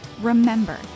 Remember